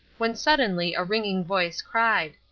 when suddenly a ringing voice cried,